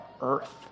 earth